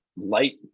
Light